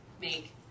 make